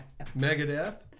Megadeth